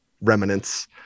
remnants